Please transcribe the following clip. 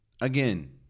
Again